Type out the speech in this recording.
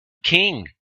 king